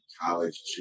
college